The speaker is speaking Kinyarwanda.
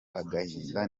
agahinda